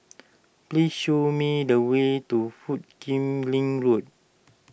please show me the way to Foo Kim Lin Road